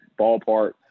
ballpark